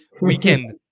weekend